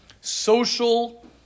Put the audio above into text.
Social